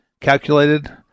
calculated